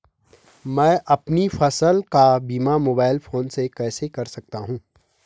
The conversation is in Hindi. मैं अपनी फसल का बीमा मोबाइल फोन से कैसे कर सकता हूँ?